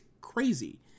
crazy